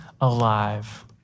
alive